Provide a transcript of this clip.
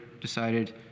decided